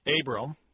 Abram